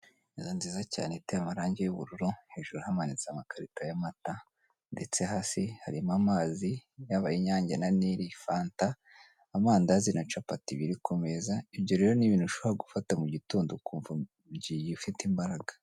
Inzu nziza cyane iteye amarangi y'ubururu hejuru hamanitse amakarito y'amata ndetse hasi harimo amazi yaba ay'inyange na nili, fata, amandazi na capati, biri ku meza, ibyo rero ni ibintu ushobora gufata mu gitondo ukumva ufite imbaraga.